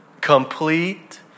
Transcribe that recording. complete